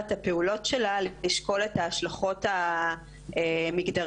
הפעולות שלה לשקול את ההשלכות המגדריות.